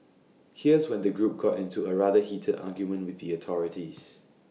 here's when the group got into A rather heated argument with the authorities